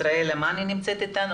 ישראלה מני נמצאת איתנו.